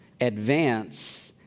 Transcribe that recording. advance